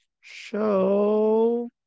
show